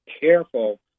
careful